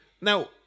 Now